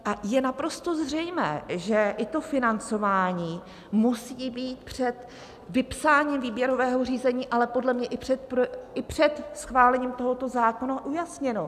A je naprosto zřejmé, že i to financování musí být před vypsáním výběrového řízení, ale podle mě i před schválením tohoto zákona ujasněno.